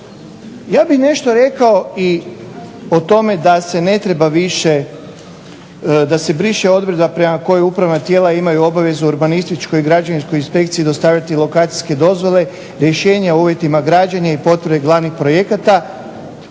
Ja bih nešto rekao i o tome da se ne treba više, da se briše odredba prema kojoj upravna tijela imaju obvezu urbanističkoj i građevinskoj inspekciji dostaviti lokacijske dozvole, rješenja o uvjetima građenja i potvrde glavnih projekata,